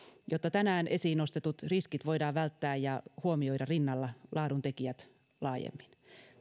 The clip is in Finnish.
jotta tänään esiin nostetut riskit voidaan välttää ja huomioida rinnalla laadun tekijät laajemmin